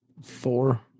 Four